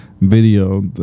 video